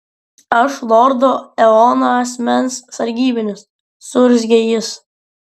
aš lordo eono asmens sargybinis suurzgė jis